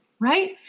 right